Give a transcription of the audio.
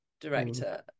director